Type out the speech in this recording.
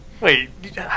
Wait